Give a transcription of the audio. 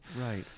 Right